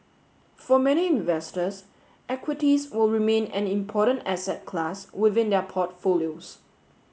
for many investors equities will remain an important asset class within their portfolios